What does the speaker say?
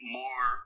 more